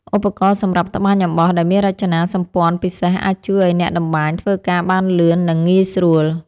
ឧបករណ៍សម្រាប់ត្បាញអំបោះដែលមានរចនាសម្ព័ន្ធពិសេសអាចជួយឱ្យអ្នកតម្បាញធ្វើការបានលឿន និង ងាយស្រួល។